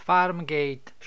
Farmgate